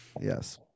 Yes